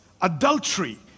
adultery